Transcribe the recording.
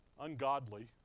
ungodly